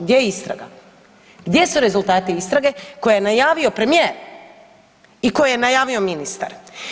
Gdje je istraga, gdje su rezultati istrage koje je najavio premijer i koje je najavio ministar?